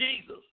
Jesus